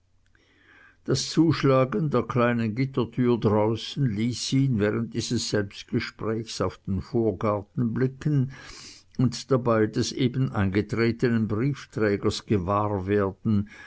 das zuschlagen der kleinen gittertür draußen ließ ihn während dieses selbstgesprächs auf den vorgarten blicken und dabei des eben eingetretenen briefträgers gewahr werden